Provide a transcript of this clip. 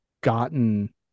gotten